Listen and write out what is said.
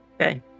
Okay